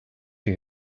you